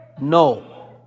No